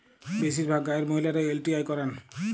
বেশিরভাগ গাঁয়ের মহিলারা এল.টি.আই করেন